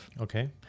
okay